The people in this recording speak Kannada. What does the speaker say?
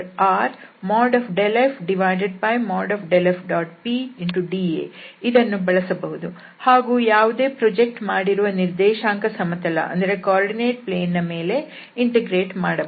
pdAಇದನ್ನು ಬಳಸಬಹುದು ಹಾಗೂ ಯಾವುದೇ ಪ್ರಾಜೆಕ್ಟ್ ಮಾಡಿರುವ ನಿರ್ದೇಶಾಂಕ ಸಮತಲದ ಮೇಲೆ ಇಂಟಿಗ್ರೇಟ್ ಮಾಡಬಹುದು